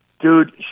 Dude